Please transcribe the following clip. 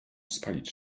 spalić